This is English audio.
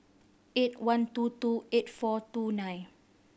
eight one two two eight four two nine